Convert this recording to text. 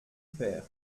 pair